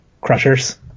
crushers